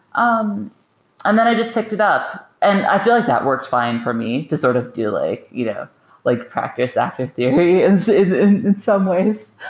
um and then i just picked it up. and i feel like that worked fine for me to sort of do like you know like practice after theory in some ways.